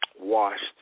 washed